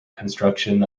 construction